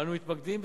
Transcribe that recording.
אנו מתמקדים,